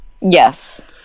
Yes